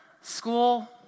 school